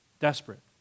desperate